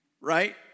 Right